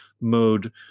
mode